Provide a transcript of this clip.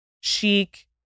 chic